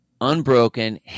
Unbroken